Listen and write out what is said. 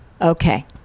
okay